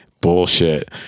Bullshit